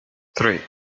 three